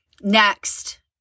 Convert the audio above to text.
Next